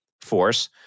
force